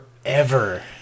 forever